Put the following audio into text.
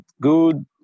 good